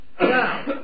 Now